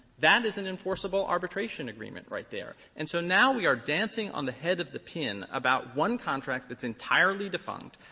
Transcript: that is an enforceable arbitration agreement right there. and so now we are dancing on the head of the pin about one contract that's entirely defunct,